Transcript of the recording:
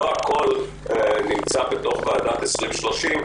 לא הכול נמצא בתוך ועדת 2030,